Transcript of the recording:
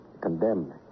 condemned